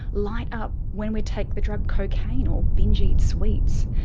light up when we take the drug cocaine or binge-eat sweets.